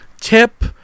tip